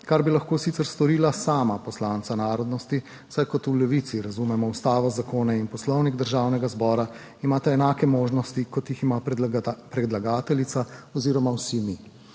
kar bi lahko sicer storila sama poslanca narodnosti, saj imata, kot v Levici razumemo ustavo, zakone in Poslovnik Državnega zbora, enake možnosti kot jih ima predlagateljica oziroma vsi mi.